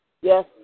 Yes